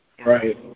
Right